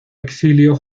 exilio